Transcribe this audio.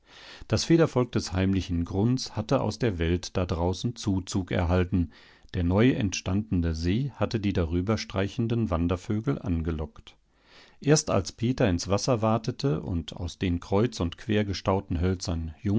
das federvolk des heimlichen grunds hatte aus der welt da draußen zuzug erhalten der neuentstandene see hatte die darüberstreichenden wandervögel angelockt erst als peter ins wasser watete und aus den kreuz und quer gestauten hölzern